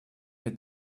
mir